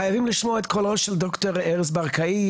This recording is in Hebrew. חייבים לשמוע את קולו של ד"ר ארז ברקאי,